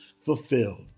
fulfilled